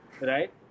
right